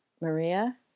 Maria